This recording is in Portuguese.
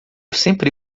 sempre